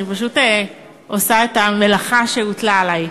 אני פשוט עושה את המלאכה שהוטלה עלי.